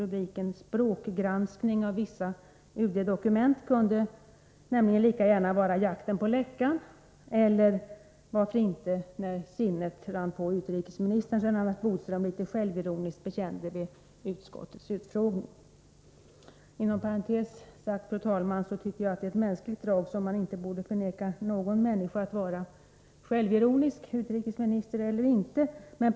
Rubriken ”Språkgranskning av vissa UD-dokument” kunde nämligen lika gärna vara ”Jakten på läckan”, eller — varför inte — ”När sinnet rann på utrikesministern”, med tanke på Lennart Bodströms litet självironiska bekännelse vid utskottets utfrågning. Inom parentes sagt, fru talman, tycker jag att det är ett mänskligt drag att vara självironisk. Man borde inte förvägra någon människa, oavsett om man är utrikesminister eller inte, att vara det.